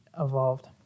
evolved